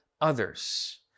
others